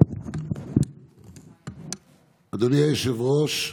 אדוני היושב-ראש,